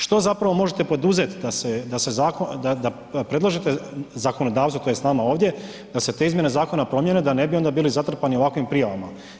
Što zapravo možete poduzeti da se, predlažete zakonodavcu, tj. nama ovdje, da se te izmjene zakona promijene da ne bi onda bili zatrpani ovakvim prijavama?